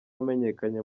wamenyekanye